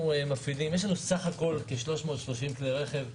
יש לנו סך הכול כ-330 כלי רכב באגף,